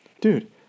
Dude